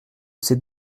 ces